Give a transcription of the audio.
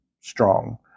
strong